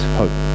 hope